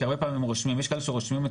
כי הרבה פעמים הם רושמים וכשהם רושמים את